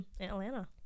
atlanta